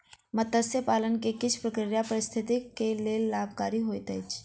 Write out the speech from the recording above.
मत्स्य पालन के किछ प्रक्रिया पारिस्थितिकी के लेल लाभकारी होइत अछि